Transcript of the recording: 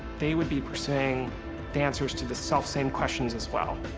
they would be pursuing the answers to the selfsame questions, as well.